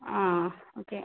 ആ ഓക്കെ